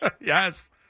Yes